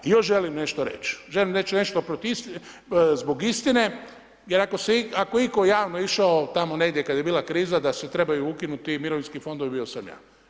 I još želim nešto reći, želim reći nešto zbog istine jer ako itko je javno išao tamo negdje kad je bila kriza da se trebaju ukinuti mirovinski fondovi, bio sam ja.